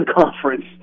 conference